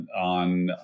on